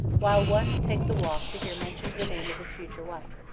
while one takes a walk to hear mentioned the name of his future wife.